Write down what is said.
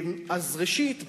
אז ראשית,